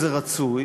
זה רצוי,